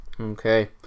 Okay